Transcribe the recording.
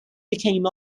became